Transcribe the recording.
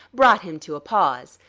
brought him to a pause.